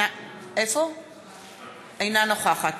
אינה נוכחת